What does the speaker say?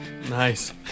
Nice